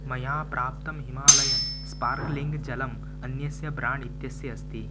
मया प्राप्तं Himalayan sparkling जलम् अन्यस्य ब्राण्ड् इत्यस्य अस्ति